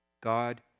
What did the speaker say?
God